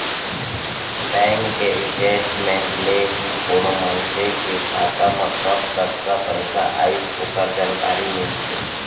bank के statement ले ही कोनो मनसे के खाता मा कब कतका पइसा आइस ओकर जानकारी मिलथे